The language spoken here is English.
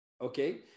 Okay